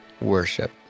Worship